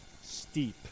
Steep